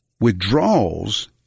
withdrawals